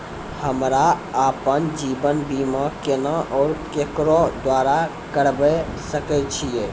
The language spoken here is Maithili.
हमरा आपन जीवन बीमा केना और केकरो द्वारा करबै सकै छिये?